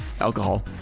alcohol